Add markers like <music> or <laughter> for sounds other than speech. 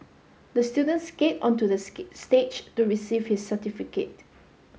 the student skate onto the <unintelligible> stage to receive his certificate